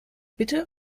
bitte